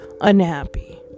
unhappy